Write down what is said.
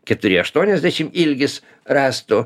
keturi aštuoniasdešim ilgis rąstų